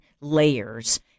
layers